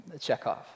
Chekhov